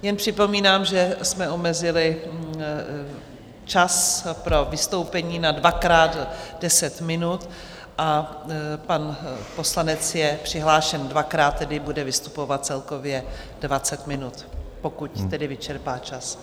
Jen připomínám, že jsme omezili čas pro vystoupení na dvakrát deset minut a pan poslanec je přihlášen dvakrát, tedy bude vystupovat celkově dvacet minut, pokud tedy vyčerpá čas.